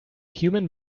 human